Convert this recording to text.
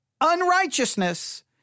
Unrighteousness